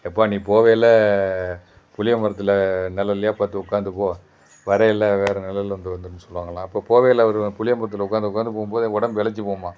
எப்பா நீ போகையில புளிய மரத்தில் நெழல்லையா பார்த்து உட்காந்து போக வரையில் வேறு நெழல் வந்து வந்திருன்னு சொல்வாங்களாம் அப்போது போகையில அவர் புளிய மரத்தில் உட்காந்து உட்காந்து போகும் போது உடம்பு இளைச்சி போகுமா